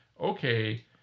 okay